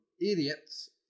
idiots